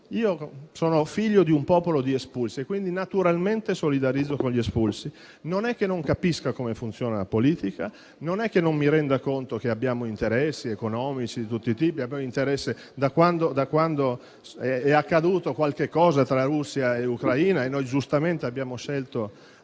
sono figlio di un popolo di espulsi, quindi naturalmente solidarizzo con gli espulsi. Non è che non capisca come funziona la politica, non è che non mi renda conto che abbiamo interessi economici di tutti i tipi; da quando è accaduto qualcosa tra Russia e Ucraina e noi, giustamente, abbiamo scelto